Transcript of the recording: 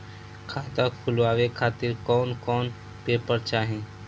खाता खुलवाए खातिर कौन कौन पेपर चाहीं?